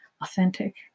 authentic